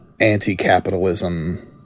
anti-capitalism